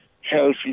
healthy